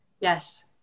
yes